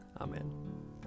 Amen